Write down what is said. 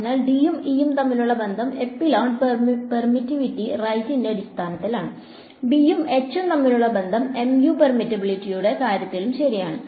അതിനാൽ ഡിയും ഇയും തമ്മിലുള്ള ബന്ധം എപ്സിലോൺ പെർമിറ്റിവിറ്റി റൈറ്റിന്റെ അടിസ്ഥാനത്തിലാണ് ബിയും എച്ച് തമ്മിലുള്ള ബന്ധം mu പെർമെബിലിറ്റിയുടെ കാര്യത്തിലും ശരിയാണ്